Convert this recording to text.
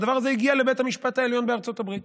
והדבר הזה הגיע לבית המשפט העליון בארצות הברית.